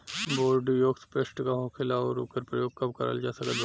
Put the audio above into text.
Bordeaux paste का होखेला और ओकर प्रयोग कब करल जा सकत बा?